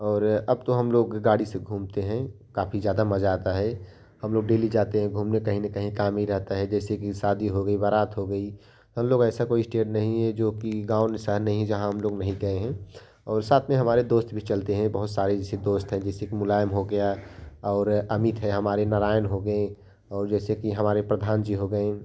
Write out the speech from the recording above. और बा तो हम लोग गाड़ी से घूमते हैं काफ़ी ज़्यादा मज़ा आता है हम लोग डेली जाते हैं घूमने कहीं न कहीं काम ही रहता है जैसे कि शादी हो गई बारात हो गई हम लोग ऐसा कोई स्टेट नहीं हैं जो कि गाँव सा जहाँ हम लोग नहीं गए हैं और साथ में हमारे दो दोस्त भी चलते हैं बहुत सारी जैसे दोस्त हैं जैसे कि मुलायम हो गया और अमिट है हमारे नारायण हो गए और जैसे कि हमारे प्रधान जी हो गए